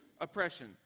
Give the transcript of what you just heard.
oppression